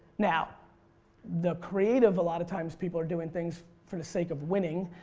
now the creative a lot of times people are doing things for the sake of winning.